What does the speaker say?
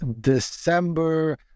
December